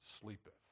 sleepeth